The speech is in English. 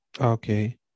Okay